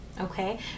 okay